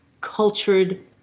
cultured